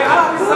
באף משרד.